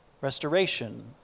restoration